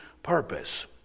purpose